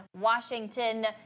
Washington